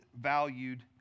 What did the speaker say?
valued